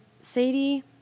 Sadie